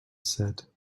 said